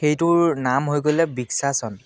সেইটোৰ নাম হৈ গ'লে বৃক্ষাসন